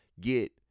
get